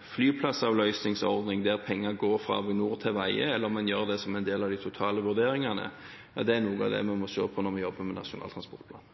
flyplassavløsningsordning, der penger går fra Avinor til veier, eller om en gjør det som en del av de totale vurderingene, er noe av det vi må se på når vi jobber med Nasjonal transportplan.